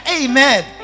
Amen